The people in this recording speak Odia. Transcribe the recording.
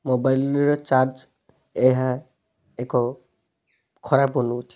ମୋବାଇଲରେ ଚାର୍ଜ ଏହା ଏକ ଖରାପ ଅନୁଭୂତି